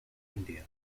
india